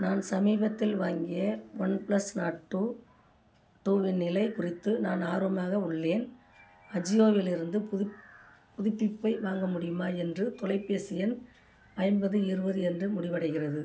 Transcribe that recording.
நான் சமீபத்தில் வாங்கிய ஒன் ப்ளஸ் நார்ட் டூ டூவின் நிலை குறித்து நான் ஆர்வமாக உள்ளேன் அஜியோவிலிருந்து புதுப் புதுப்பிப்பை வழங்க முடியுமா என்று தொலைபேசி எண் ஐம்பது இருபது என்று முடிவடைகிறது